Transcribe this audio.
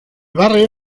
barrio